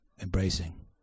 embracing